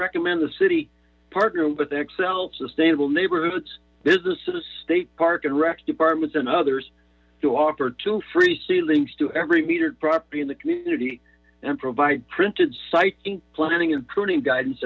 recommend the city partnered with xcel sustainable neighborhoods businesses state park and rec departments and others to offer to free ceilings to every metered property in the community and provide printed siting planting and pruning guidance